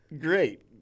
Great